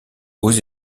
aux